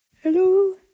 hello